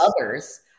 others